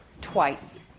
Twice